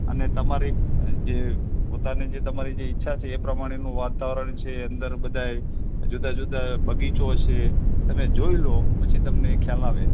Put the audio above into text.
અને તમારી જે પોતાની જે તમારી જે ઈચ્છા છે એ પ્રમાણેનું વાતાવરણ છે અંદર બધાય જુદા જુદા બગીચો છે તમે જોઈ લો પછી તમને ખ્યાલ આવે